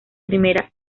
primera